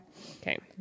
Okay